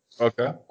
Okay